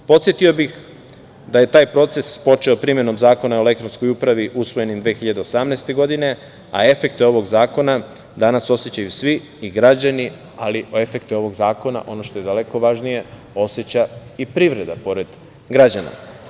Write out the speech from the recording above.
Podsetio bih da je taj proces počeo primenom zakona o elektronskoj upravi, koji je usvojen 2018. godine, a efekte ovog zakona, danas osećaju svi i građani, ali efekte ovog zakona, ono što je daleko važnije, oseća i privreda, pored građana.